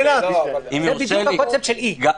זה בדיוק הקונספט של אי.